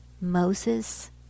moses